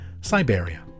Siberia